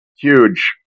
Huge